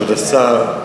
כבוד השר,